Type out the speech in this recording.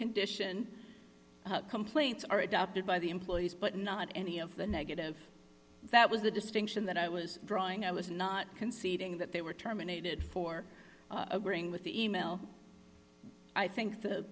condition complaints are adopted by the employees but not any of the negative that was the distinction that i was drawing i was not conceding that they were terminated for agreeing with the email i think the